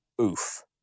oof